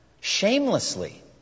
Shamelessly